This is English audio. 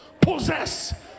possess